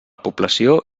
població